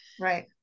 Right